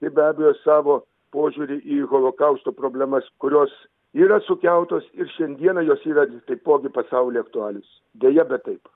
ir be abejo savo požiūrį į holokausto problemas kurios yra sukeltos ir šiandieną jos yra gi taipogi pasauliui aktualius deja bet taip